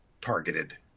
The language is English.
targeted